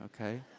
okay